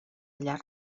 llarg